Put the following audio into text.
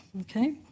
Okay